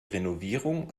renovierung